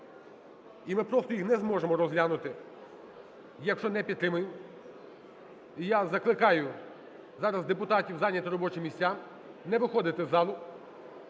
і ми просто їх не зможемо розглянути, якщо не підтримаємо. І я закликаю зараз депутатів зайняти робочі місця, не виходити з залу